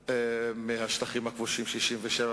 כאן ולהבין לאן הגענו ולאן הידרדרנו.